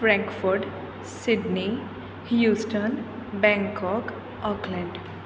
Frankfurt Sydney Euston Bangkok Auckland